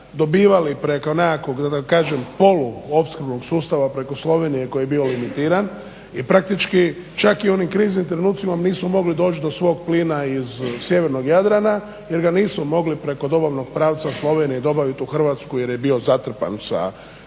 dobivali preko nekakvog, da kažem poluoprskrbnog sustava, preko Slovenije koji je bio limitirani i praktički čak i u onim kriznim trenucima mi nismo mogli doći do svog plina iz sjevernog Jadrana jer ga nismo mogli preko dobavnog pravca u Sloveniji dobaviti u Hrvatsku, jer je bio zatrpan sa nečijim